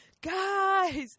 guys